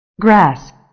Grass